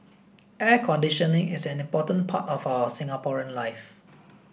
air conditioning is an important part of our Singaporean life